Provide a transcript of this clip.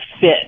fit